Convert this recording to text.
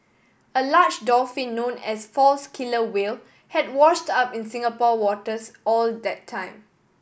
a large dolphin known as false killer whale had washed up in Singapore waters or that time